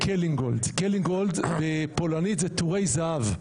קלינגולד בפולנית זה טורי זהב,